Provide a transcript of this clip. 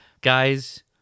Guys